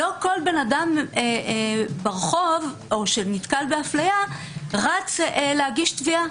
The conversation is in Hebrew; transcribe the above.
לא כל אדם ברחוב או שנתקל באפליה רץ להגיש תביעה.